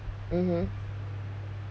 mmhmm